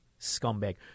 scumbag